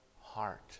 heart